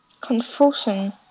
Confusion